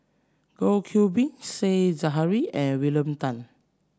Goh Qiu Bin Said Zahari and William Tan